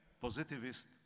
positivist